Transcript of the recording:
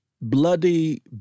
bloody